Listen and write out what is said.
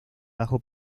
bajo